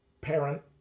parent